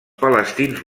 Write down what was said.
palestins